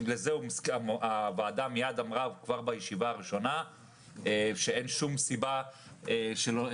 לזה הוועדה מיד אמרה כבר בישיבה הראשונה שאין שום סיבה לקזז